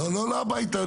לא הביתה.